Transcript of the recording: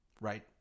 Right